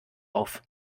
auf